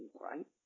right